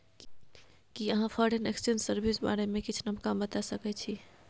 कि अहाँ foreign exchange service बारे मे किछ नबका बता सकै छी